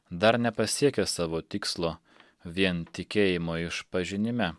dar nepasiekęs savo tikslo vien tikėjimo išpažinime